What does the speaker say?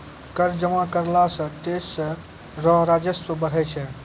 कर जमा करला सं देस रो राजस्व बढ़ै छै